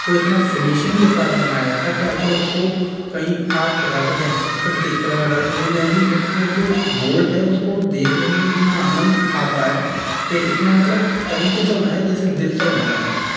वो इतना फ़िनिशिंग के साथ बनाया था कि अगर उसको कहीं आप रख दें तो रखने में भी उस को जो बोल्ट है उसको देखने में भी इतना आनंद आता है कि इतना मतलब तरीके से बनाया जैसे दिल से बनाया है